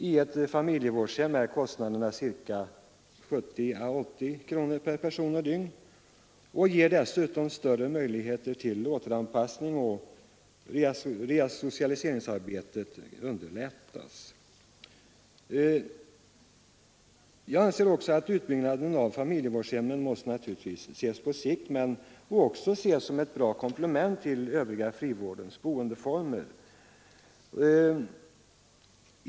Familjevårdhem ger dessutom större möjligheter till återanpassning, och resocialiseringsarbetet underlättas. Jag anser också att utbyggnaden av familjevårdshemmen naturligtvis måste ses på sikt, men familjevårdshemmen är ett bra komplement till den övriga frivårdens boendeformer.